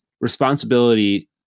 responsibility